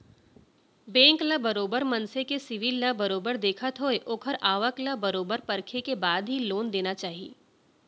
bank ल बरोबर मनसे के सिविल ल बरोबर देखत होय ओखर आवक ल बरोबर परखे के बाद ही लोन देना चाही